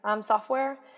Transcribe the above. software